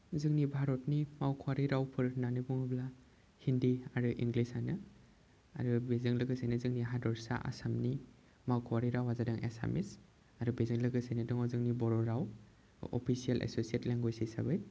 जोंनि भारतनि मावख'वारि रावफोर होन्नानै बुङोब्ला हिन्दी आरो इंलिसानो आरो बेजों लोगोसेनो जोंनि हादरसा आसामनि मावख'वारि रावआ जादों एसामिस आरो बेजों लोगोसेनो दङ जोंनि बर' राव अफिसियेल एस'सियेत लेंगुवेज हिसाबै